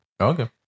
Okay